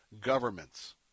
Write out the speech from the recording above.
governments